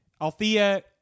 Althea